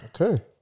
okay